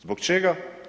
Zbog čega?